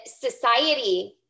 society